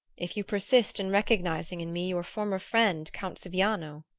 if you persist in recognizing in me your former friend count siviano.